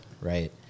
right